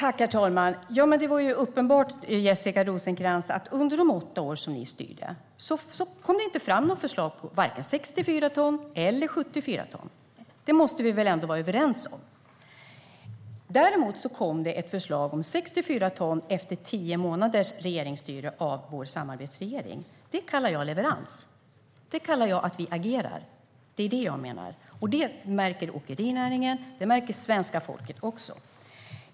Herr talman! Det var uppenbart, Jessica Rosencrantz, att under de åtta år som ni styrde kom det inte fram något förslag, varken på 64 ton eller på 74 ton. Det måste vi väl ändå vara överens om. Däremot kom det ett förslag om 64 ton efter tio månaders styre av vår samarbetsregering. Det kallar jag leverans! Det kallar jag att vi agerar. Det är det jag menar, och det märker åkerinäringen och svenska folket också.